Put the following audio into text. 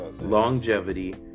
longevity